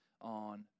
on